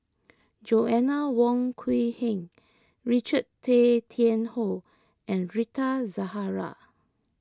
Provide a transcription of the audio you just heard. Joanna Wong Quee Heng Richard Tay Tian Hoe and Rita Zahara